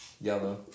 Yellow